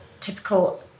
typical